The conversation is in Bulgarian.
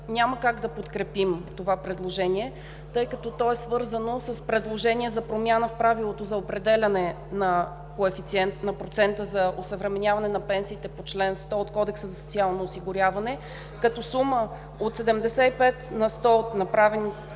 няма как да подкрепим това предложение, тъй като то е свързано с предложения за промяна в Правилото за определяне на процента за осъвременяване на пенсиите по чл. 100 от Кодекса за социално осигуряване, като сума от 75 на сто от нарастването